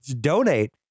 Donate